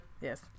yes